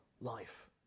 life